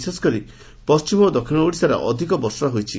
ବିଶେଷକରି ପଣିମ ଓ ଦକ୍ଷିଶ ଓଡ଼ିଶାରେ ଅଧିକ ବର୍ଷା ହୋଇଛି